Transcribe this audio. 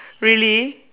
really